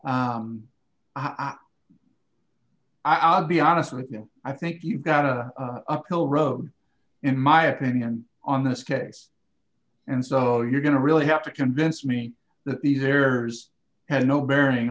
different i'll be honest with you i think you've got an uphill road in my opinion on this case and so you're going to really have to convince me that these errors had no bearing